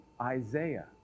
Isaiah